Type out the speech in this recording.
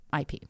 IP